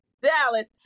Dallas